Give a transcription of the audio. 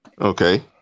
Okay